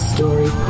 Story